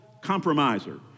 compromiser